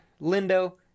Lindo